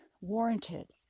warranted